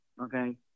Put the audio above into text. okay